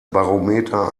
barometer